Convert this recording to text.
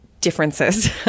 differences